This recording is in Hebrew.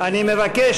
אני מבקש